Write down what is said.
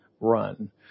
run